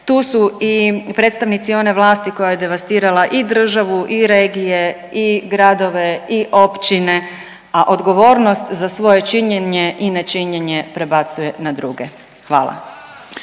tu su i predstavnici one vlasti koja je devastirala i državu i regije i gradove i općine, a odgovornost za svoje činjenje i nečinjenje prebacuje na druge. Hvala.